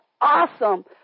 awesome